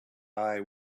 eye